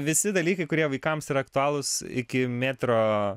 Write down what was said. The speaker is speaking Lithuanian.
visi dalykai kurie vaikams yra aktualūs iki metro